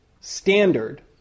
standard